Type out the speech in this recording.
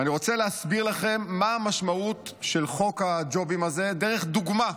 ואני רוצה להסביר לכם מה המשמעות של חוק הג'ובים הזה דרך דוגמה,